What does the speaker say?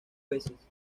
veces